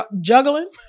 juggling